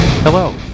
Hello